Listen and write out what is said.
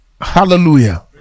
Hallelujah